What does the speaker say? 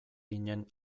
ginen